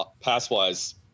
Pass-wise